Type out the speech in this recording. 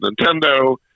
Nintendo